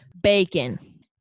bacon